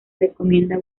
recomienda